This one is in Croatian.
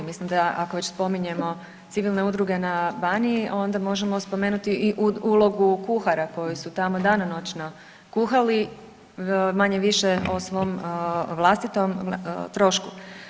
Mislim da ako već spominjemo civilne udruge na Baniji onda možemo spomenuti i ulogu kuhara koji su tamo danonoćno kuhali manje-više o svom vlastitom trošku.